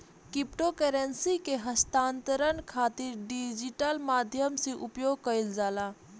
crypto currency के हस्तांतरण खातिर डिजिटल माध्यम से उपयोग कईल जाला